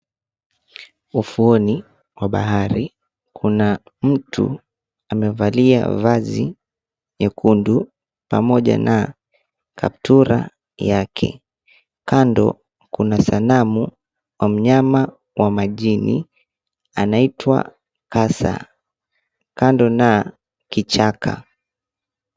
Ufuoni mwa bahari kuna mtu amevalia vazi nyekundu pamoja na kaptura yake. Kando kuna sanamu wa mnyama wa majini anaitwa kasa kando na kichaka.